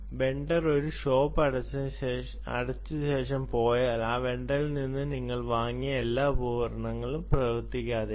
vendor shop അടച്ചതിനുശേഷം പോയാൽ ആ വെണ്ടറിൽ നിന്ന് നിങ്ങൾ വാങ്ങിയ എല്ലാ ഉപകരണങ്ങളും പ്രവർത്തിക്കാതെ ആകും